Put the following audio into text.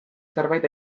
zerbait